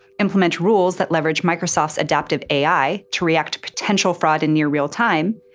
implement rules that leverage microsoft's adaptive ai to react to potential fraud in near real time,